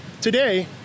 Today